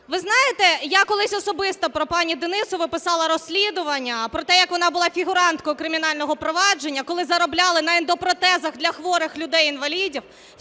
Ви знаєте, я колись особисто про пані Денісову писала розслідування, про те, як вона була фігуранткою кримінального провадження, коли заробляли на ендопротезах для хворих людей інвалідів